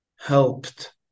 helped